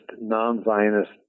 non-Zionist